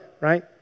right